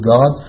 God